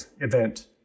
event